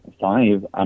five